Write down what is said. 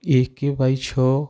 ଏକ ବାଇ ଛଅ